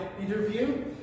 interview